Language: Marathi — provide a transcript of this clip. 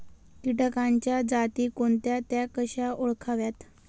किटकांच्या जाती कोणत्या? त्या कशा ओळखाव्यात?